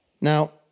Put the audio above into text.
Now